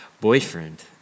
boyfriend